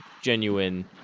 genuine